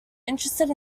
interested